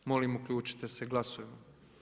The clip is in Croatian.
Molim uključite se glasujemo.